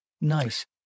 Nice